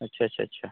अच्छा अच्छा अच्छा